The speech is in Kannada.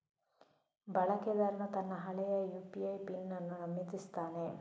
ಬಳಕೆದಾರನು ತನ್ನ ಹಳೆಯ ಯು.ಪಿ.ಐ ಪಿನ್ ಅನ್ನು ನಮೂದಿಸುತ್ತಾನೆ